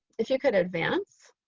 if you could advance.